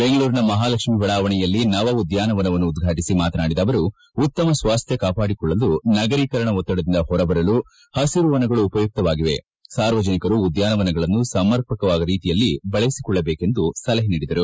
ಬೆಂಗಳೂರಿನ ಮಹಾಲಕ್ಷ್ಮೀ ಬಡಾವಣೆಯಲ್ಲಿ ನವ ಉದ್ಗಾನವನವನ್ನು ಉದ್ಗಾಟಿಸಿ ಮಾತನಾಡಿದ ಅವರು ಉತ್ತಮ ಸ್ವಾಸ್ಟ್ಮ ಕಾಪಾಡಿಕೊಳ್ಳಲು ನಗರೀಕರಣ ಒತ್ತಡದಿಂದ ಹೊರಬರಲು ಹಸಿರು ವನಗಳು ಉಪಯುಕ್ತವಾಗಿವೆ ಸಾರ್ವಜನಿಕರು ಉದ್ದಾನವನಗಳನ್ನು ಸಮರ್ಪಕ ರೀತಿಯಲ್ಲಿ ಬಳಸಿಕೊಳ್ಳಬೇಕೆಂದು ಸಲಹೆ ನೀಡಿದರು